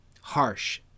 harsh